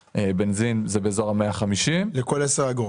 ובבנזין זה באזור ה-150 --- לכל עשר אגורות,